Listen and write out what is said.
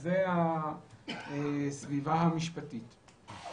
זוהי הסביבה המשפטית.